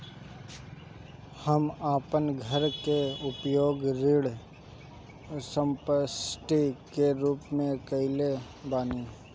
हम अपन घर के उपयोग ऋण संपार्श्विक के रूप में कईले बानी